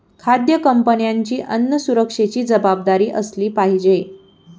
खाद्य कंपन्यांची अन्न सुरक्षेची जबाबदारी असली पाहिजे